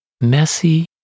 messy